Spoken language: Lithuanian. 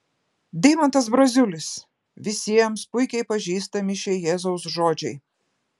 deimantas braziulis visiems puikiai pažįstami šie jėzaus žodžiai